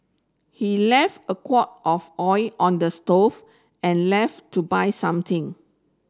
he left a of oil on the stove and left to buy something